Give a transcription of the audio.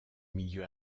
milieux